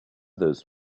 those